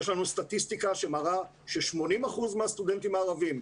יש לנו סטטיסטיקה שמראה ש-80% מהסטודנטים הערבים,